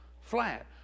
flat